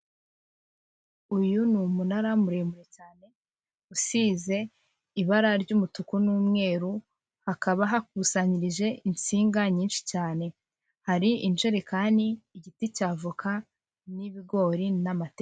Uyu ni umunara muremure cyane, usize ibara ry'umutuku n'umweru hakaba hakusanyirije insinga nyinshi cyane hari injerekani igiti cya voka n'ibigori n'amate.